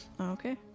Okay